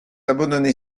abandonner